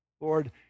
Lord